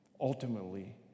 ultimately